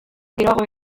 geroago